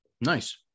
Nice